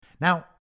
Now